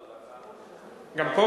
לא, זו הצעה, גם פה?